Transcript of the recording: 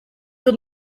dut